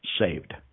saved